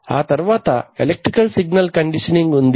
ఆ తర్వాత electrical signal conditioning ఉంది